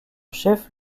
chef